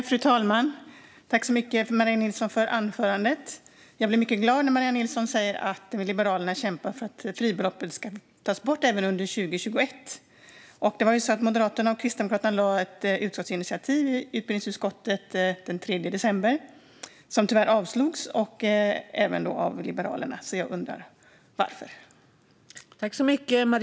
Fru talman! Tack så mycket, Maria Nilsson, för anförandet! Jag blir mycket glad när Maria Nilsson säger att Liberalerna kämpar för att fribeloppet ska vara borttaget även 2021. Moderaterna och Kristdemokraterna lade ett utskottsinitiativ i utbildningsutskottet den 3 december som tyvärr avslogs, även av Liberalerna. Jag undrar varför.